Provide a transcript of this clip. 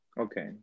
Okay